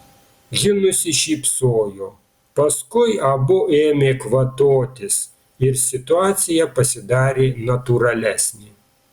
ji nusišypsojo paskui abu ėmė kvatotis ir situacija pasidarė natūralesnė